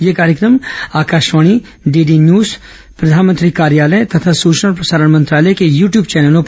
यह कार्यक्रम Akashvani DD News प्रधानमंत्री कार्यालय तथा सूचना और प्रसारण मंत्रालय के यू ट्यूब चैनलों पर उपलब्ध रहेगा